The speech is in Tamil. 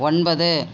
ஒன்பது